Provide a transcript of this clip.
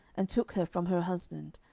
and took her from her husband,